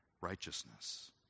righteousness